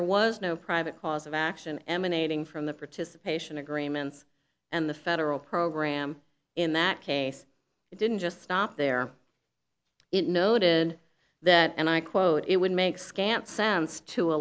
there was no private cause of action emanating from the participation agreements and the federal program in that case it didn't just stop there it noted that and i quote it would make scant sense to